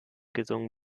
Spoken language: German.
gesungen